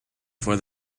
for